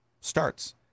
starts